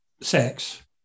sex